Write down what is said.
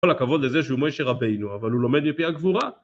כל הכבוד לזה שהוא מוישה רבינו, אבל הוא לומד מפי הגבורה.